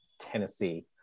tennessee